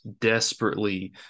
desperately